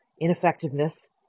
ineffectiveness